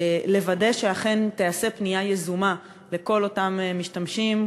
לוודא שאכן תיעשה פנייה יזומה לכל אותם משתמשים,